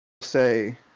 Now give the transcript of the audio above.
say